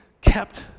kept